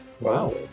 Wow